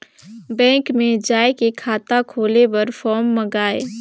Bank मे जाय के खाता खोले बर फारम मंगाय?